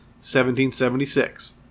1776